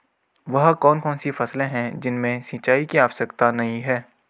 वह कौन कौन सी फसलें हैं जिनमें सिंचाई की आवश्यकता नहीं है?